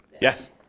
Yes